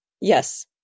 Yes